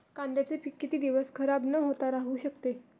कांद्याचे पीक किती दिवस खराब न होता राहू शकते?